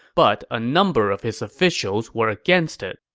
but a number of his officials were against it.